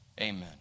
Amen